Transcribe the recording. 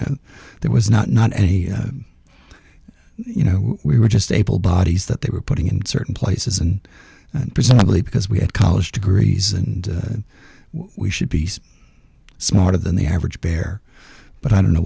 know there was not not any you know we were just able bodies that they were putting in certain places and presumably because we had college degrees and we should be smarter than the average bear but i don't know